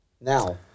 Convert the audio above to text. Now